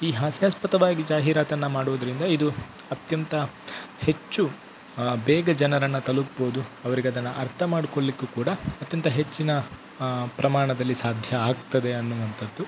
ಈ ಹಾಸ್ಯಾಸ್ಪದವಾಗಿ ಜಾಹೀರಾತನ್ನು ಮಾಡುವುದ್ರಿಂದ ಇದು ಅತ್ಯಂತ ಹೆಚ್ಚು ಬೇಗ ಜನರನ್ನು ತಲುಪ್ಬೋದು ಅವ್ರಿಗೆ ಅದನ್ನು ಅರ್ಥ ಮಾಡ್ಕೊಳ್ಲಿಕ್ಕೂ ಕೂಡ ಅತ್ಯಂತ ಹೆಚ್ಚಿನ ಪ್ರಮಾಣದಲ್ಲಿ ಸಾಧ್ಯ ಆಗ್ತದೆ ಅನ್ನುವಂತದ್ದು